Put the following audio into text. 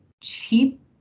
cheap